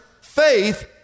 Faith